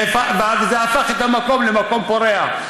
וזה הפך את המקום למקום פורח.